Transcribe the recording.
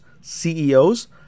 CEOs